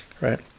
Right